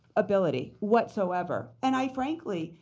ability whatsoever. and i, frankly,